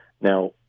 Now